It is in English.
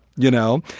you know?